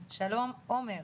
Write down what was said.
שלום, עומר.